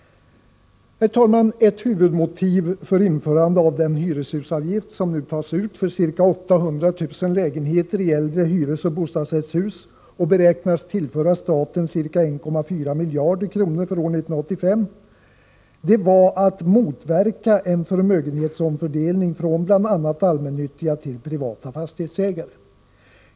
Herr talman! Ett huvudmotiv för införande av den hyreshusavgift som nu tas ut för ca 800 000 lägenheter i äldre hyresoch bostadsrättshus och som beräknas tillföra staten ca 1,4 miljarder kronor för år 1985 var att motverka en förmögenhetsomfördelning från bl.a. allmännyttiga till privata fastighetsägare.